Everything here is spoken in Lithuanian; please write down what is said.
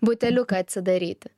buteliuką atsidaryti